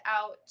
out